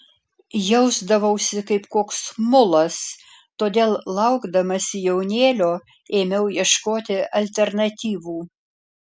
jausdavausi kaip koks mulas todėl laukdamasi jaunėlio ėmiau ieškoti alternatyvų